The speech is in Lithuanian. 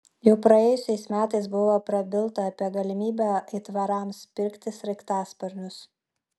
jau praėjusiais metais buvo prabilta apie galimybę aitvarams pirkti sraigtasparnius